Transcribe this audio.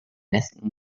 besten